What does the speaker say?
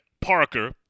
Parker